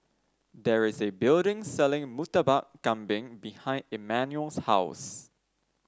there is a building selling Murtabak Kambing behind Emmanuel's house